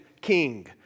King